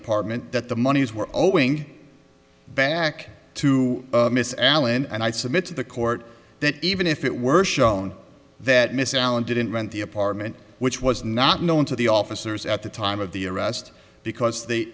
apartment that the monies were owing back to miss allen and i submit to the court that even if it were shown that mr allen didn't rent the apartment which was not known to the officers at the time of the arrest because the